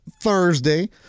Thursday